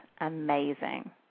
amazing